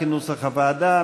כנוסח הוועדה.